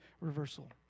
reversal